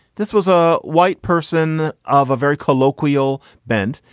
this was a white person of a very colloquial bent.